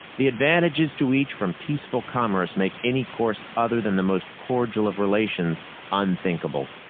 the advantages to each from peaceful commerce make any course other than the most cordial of relations unthinkable.